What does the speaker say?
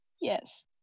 Yes